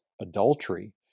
adultery